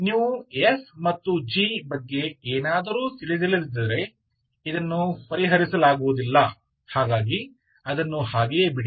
ನೀವು f ಮತ್ತು g ಬಗ್ಗೆ ಏನಾದರೂ ತಿಳಿದಿಲ್ಲದಿದ್ದರೆ ಇದನ್ನು ಪರಿಹರಿಸಲಾಗುವುದಿಲ್ಲ ಹಾಗಾಗಿ ಅದನ್ನು ಹಾಗೆಯೇ ಬಿಡಿ